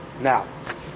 Now